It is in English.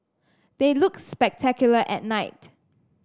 they look spectacular at night